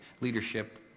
leadership